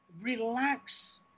relax